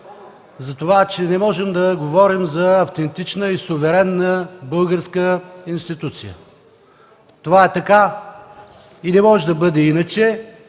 за това, че не можем да говорим за автентична и суверенна българска институция. Това е така и не може да бъде иначе,